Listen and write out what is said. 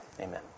amen